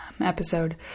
episode